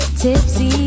tipsy